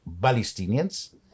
Palestinians